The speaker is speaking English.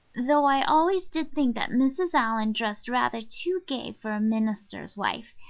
though i always did think that mrs. allan dressed rather too gay for a minister's wife.